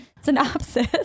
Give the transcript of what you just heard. synopsis